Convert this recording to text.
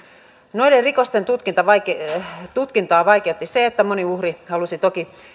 noiden rikosten tutkintaa vaikeutti se että vaikka moni uhri halusi toki